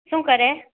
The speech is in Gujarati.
શું કરે